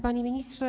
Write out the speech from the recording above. Panie Ministrze!